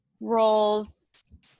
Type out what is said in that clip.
roles